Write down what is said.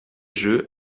jeux